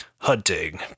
Hunting